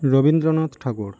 Rabindranath Thakur